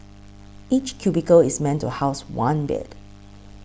each cubicle is meant to house one bed